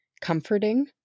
comforting